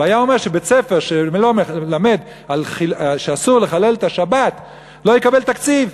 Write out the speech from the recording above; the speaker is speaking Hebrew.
והיה אומר שבית-ספר שלא מלמד שאסור לחלל את השבת לא יקבל תקציב,